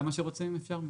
כמה שרוצים אפשר?